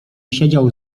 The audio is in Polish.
siedział